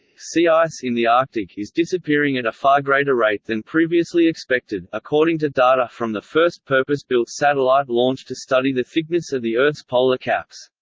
sea ice in the arctic is disappearing at a far greater rate than previously expected, according to data from the first purpose-built satellite launched to study the thickness of the earth's polar caps.